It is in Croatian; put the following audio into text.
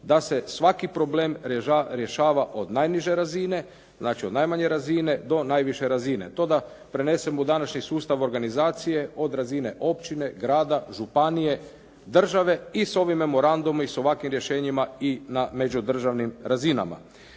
da se svaki problem rješava od najniže razine, znači od najmanje razine, do najviše razine. To da prenesemo u današnji sustav organizacije od razine općine, grada, županije, države i s ovim memorandumom i s ovakvim rješenjima i na međudržavnim razinama.